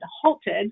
halted